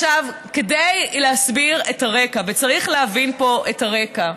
צריך להבין פה את הרקע.